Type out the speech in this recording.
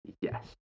Yes